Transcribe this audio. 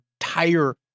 entire